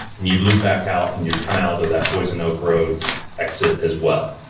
and you'd loop back out, and you'd come out of that poison oak road exit as well.